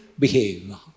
behave